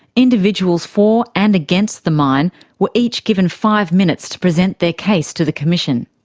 individuals for and against the mine were each given five minutes to present their case to the commission.